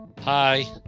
Hi